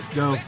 go